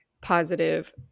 positive